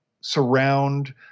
surround